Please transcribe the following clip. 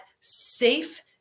safe